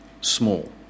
small